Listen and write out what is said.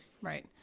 right